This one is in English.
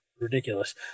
ridiculous